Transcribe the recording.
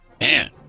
Man